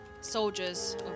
soldiers